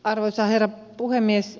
arvoisa herra puhemies